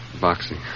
Boxing